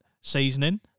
seasoning